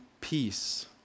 peace